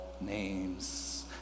names